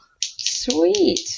Sweet